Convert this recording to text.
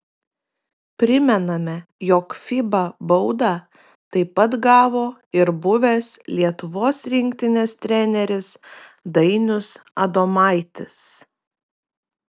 primename jog fiba baudą taip pat gavo ir buvęs lietuvos rinktinės treneris dainius adomaitis